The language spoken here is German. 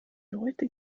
leute